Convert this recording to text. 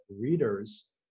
readers